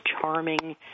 charming